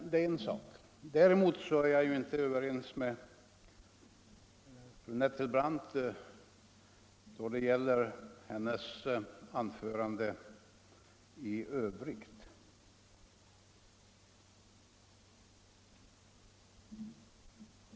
Däremot instämmer jag inte i fru Nettelbrandts anförande i övrigt.